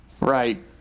Right